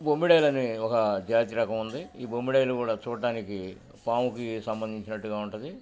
బొమ్మిడలని ఒక జాతి రకం ఉంది ఈ బొమ్మిడలు కూడా చూడ్టానికి పాముకి సంబంధించినట్టుగా ఉంటది